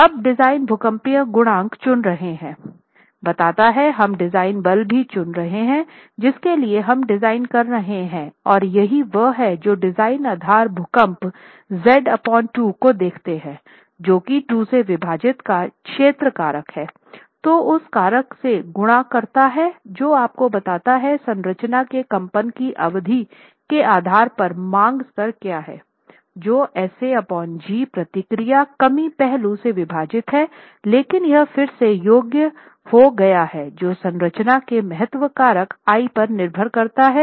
अब डिजाइन भूकंपीय गुणांक चुन रहे हैं बताता हैं हम डिजाइन बल भी चुन रहे हैं जिसके लिए हम डिजाइन कर रहे हैं और यही वह है जो डिजाइन आधार भूकंप Z 2 को देखते हैं जो कि 2 से विभाजित क्षेत्र कारक है जो उस कारक से गुणा करता है जो आपको बताता है संरचना के कंपन की अवधि के आधार पर मांग स्तर क्या है जो Sag प्रतिक्रिया कमी पहलू से विभाजित है लेकिन यह फिर से योग्य हो गया है जो संरचना के महत्व कारक पर निर्भर करता है